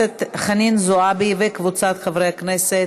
חנין זועבי וקבוצת חברי הכנסת,